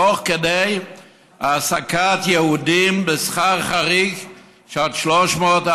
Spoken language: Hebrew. תוך כדי העסקת יהודים בשכר חריג של עד 300%,